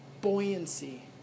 buoyancy